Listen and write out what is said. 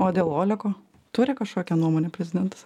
o dėl oleko turi kažkokią nuomonę prezidentas